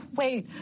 wait